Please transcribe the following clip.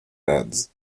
heads